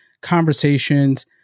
conversations